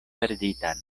perditan